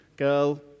girl